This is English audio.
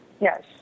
Yes